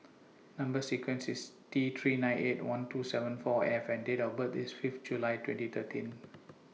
Number sequence IS T three nine eight one two seven four F and Date of birth IS Fifth July twenty thirteen